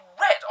red